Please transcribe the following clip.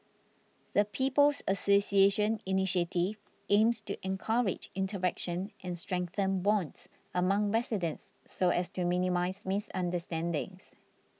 the People's Association initiative aims to encourage interaction and strengthen bonds among residents so as to minimise misunderstandings